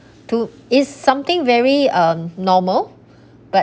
to it's something very um normal but